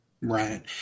Right